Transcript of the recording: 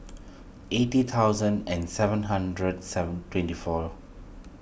eighty thousand and seven hundred seven twenty four